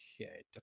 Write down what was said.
Okay